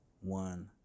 One